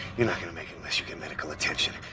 you're not gonna make it unless you get medical attention.